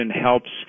helps –